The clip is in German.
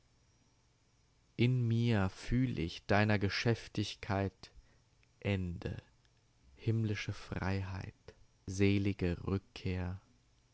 in mir fühl ich deiner geschäftigkeit ende himmlische freiheit selige rückkehr